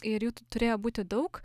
ir jų t turėjo būti daug